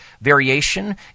variation